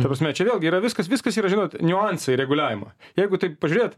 ta prasme čia vėlgi yra viskas viskas yra žinot niuansai reguliavimo jeigu taip pažiūrėt